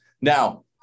Now